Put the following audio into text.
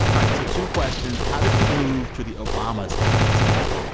ah so two questions. how did you move to the obama speechwriting staff,